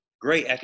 Great